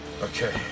Okay